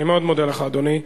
אני מאוד מודה לך, אדוני.